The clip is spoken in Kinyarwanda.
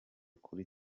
kuri